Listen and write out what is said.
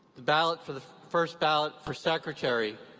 the ballot for the first ballot for secretary,